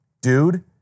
dude